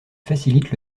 facilite